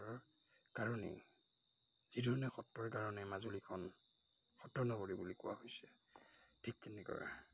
কাৰণেই যিধৰণে সত্ৰৰ কাৰণে মাজুলীখন সত্ৰ নগৰী বুলি কোৱা হৈছে ঠিক তেনেকৈ